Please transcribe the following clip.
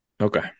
Okay